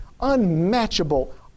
unmatchable